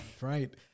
Right